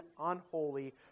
unholy